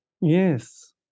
Yes